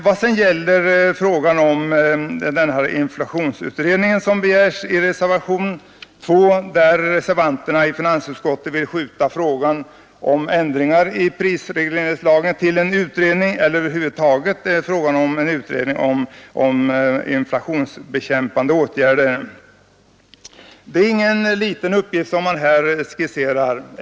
Men när det gäller den inflationsutredning, som berörs i reservationen 2, vill reservanterna hänskjuta frågan om ändringar i prisregleringslagen till denna utredning, som skall ta sig an hela komplexet med inflationsbekämpande åtgärder. Det är ingen liten uppgift man här skisserar.